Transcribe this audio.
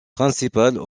principales